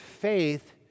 faith